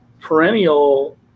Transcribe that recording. perennial